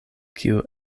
kiu